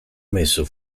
messo